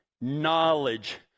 knowledge